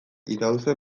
idauze